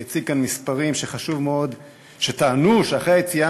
והציג כאן מספרים שטענו שאחרי היציאה